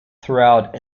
throughout